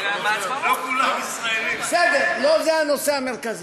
לא כולם ישראלים, בסדר, לא זה הנושא המרכזי.